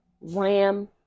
ram